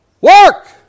Work